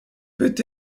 peut